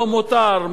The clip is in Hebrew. לא מותר,